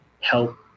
help